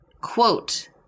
quote